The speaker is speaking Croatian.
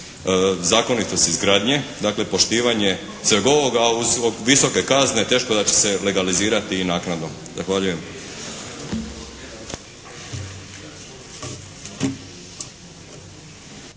zakonitost izgradnje. Dakle poštivanje … /Govornik se ne razumije./ … visoke kazne teško da će se legalizirati i naknadno. Zahvaljujem.